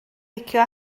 licio